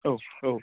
औ औ